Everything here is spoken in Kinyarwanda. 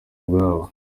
bwabo